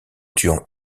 tuant